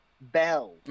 Bell